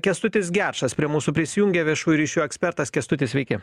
kęstutis gečas prie mūsų prisijungia viešųjų ryšių ekspertas kęstuti sveiki